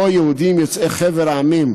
שבו יהודים יוצאי חבר העמים,